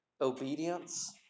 obedience